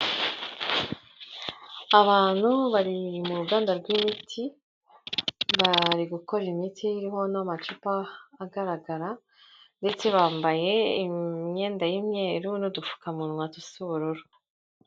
Abantu bari mu ruganda rw'imiti, bari gukora imiti iriho n'amacupa agaragara ndetse bambaye imyenda y'imyeru n'udupfukamunwa dusa ubururu.